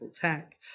tech